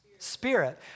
Spirit